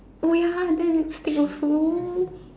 oh ya then lipstick also